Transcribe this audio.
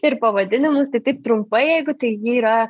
ir pavadinimus tai taip trumpai jeigu tai ji yra